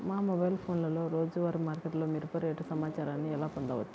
మా మొబైల్ ఫోన్లలో రోజువారీ మార్కెట్లో మిరప రేటు సమాచారాన్ని ఎలా పొందవచ్చు?